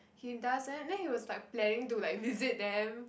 he does then then he was like planning to like visit them